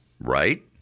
right